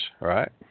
right